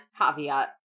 caveat